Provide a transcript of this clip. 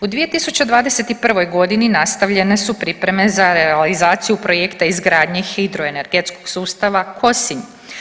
U 2021. godini nastavljene su pripreme za realizaciju projekta izgradnji hidroenergetskog sustava Kosinj.